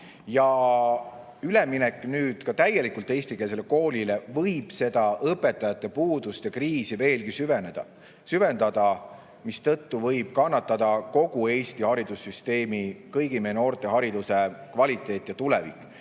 Üleminek täielikult eestikeelsele koolile võib õpetajate puudust ja kriisi veelgi süvendada, mistõttu võib kannatada kogu Eesti haridussüsteem, kõigi meie noorte hariduse kvaliteet ja tulevik.